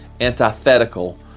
antithetical